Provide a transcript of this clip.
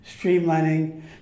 streamlining